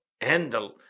handle